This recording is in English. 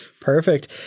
Perfect